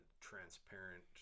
transparent